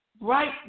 right